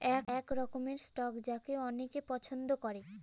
এক রকমের স্টক যাকে অনেকে পছন্দ করে